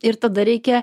ir tada reikia